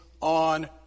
on